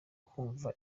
ukumva